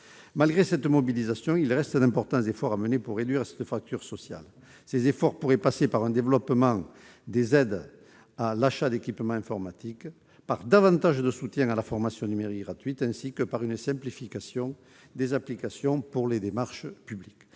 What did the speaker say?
Malgré cette mobilisation, il reste d'importants efforts à mener pour réduire cette fracture sociale. Cela pourrait passer par un développement des aides à l'achat d'équipements informatiques, par davantage de soutien à la formation numérique gratuite, ainsi que par une simplification des applications pour les démarches publiques.